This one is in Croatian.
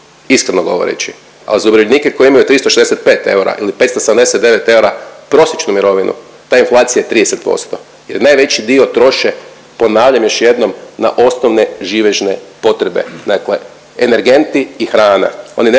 iskreno govoreći. Ali za umirovljenike koji imaju 365 eura ili 579 eura prosječnu mirovinu, ta inflacija je 30% jer najveći dio troše, ponavljam još jednom, na osnovne živežne potrebe, dakle energenti i hrana.